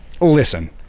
listen